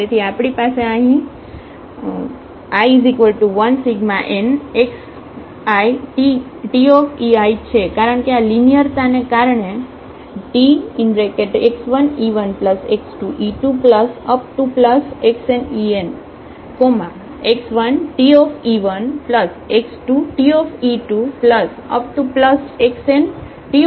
તેથી આપણી પાસે આ અહીંi1nxiTeiછે કારણ કે આ લિનિયરતાને કારણે Tx1e1x2e2xnen x1Te1x2Te2xnTen હશે